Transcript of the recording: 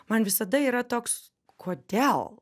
man visada yra toks kodėl